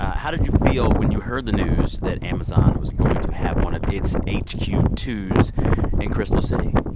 how did you feel when you heard the news that amazon was going to have one of its h q two s in crystal city?